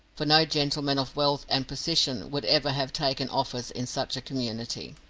for no gentleman of wealth and position would ever have taken office in such a community.